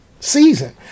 season